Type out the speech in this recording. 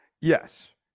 Yes